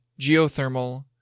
geothermal